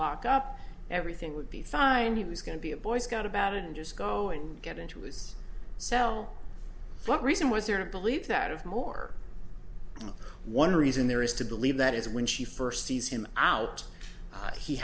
lock up everything would be fine and he was going to be a boy scout about it and just go and get into his cell what reason was there to believe that of more one reason there is to believe that is when she first sees him out that he